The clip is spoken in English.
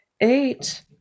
eight